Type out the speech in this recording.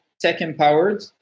tech-empowered